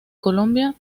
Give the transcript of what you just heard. colombia